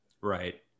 Right